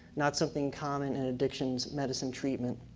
not something common in addictions medicine treatment.